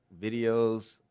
videos